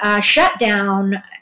shutdown